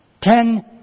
ten